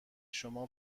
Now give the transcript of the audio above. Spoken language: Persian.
شما